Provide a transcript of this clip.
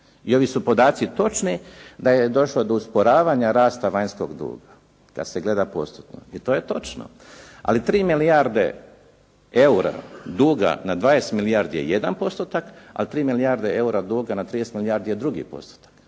I ovi su podaci točni da je došlo do usporavanja rasta vanjskog duga kad se gleda postotno, ali tri milijarde eura duga na 20 milijardi je jedan postotak, a tri milijarde eura duga na 30 milijardi je drugi postotak.